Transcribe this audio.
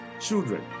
children